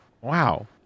wow